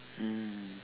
mm